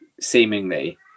Seemingly